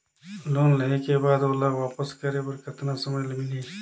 Loan लेहे के बाद ओला वापस करे बर कतना समय मिलही?